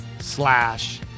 slash